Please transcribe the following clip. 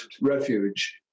refuge